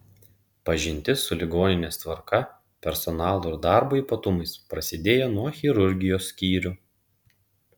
pažintis su ligoninės tvarka personalo ir darbo ypatumais prasidėjo nuo chirurgijos skyrių